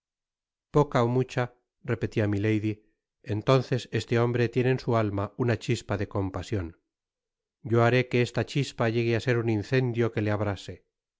ó mucha repetia milady entonces este hombre tiene en su alma una chispa de compasion yo haré que esta chispa llegue á ser un incendio que le abrase en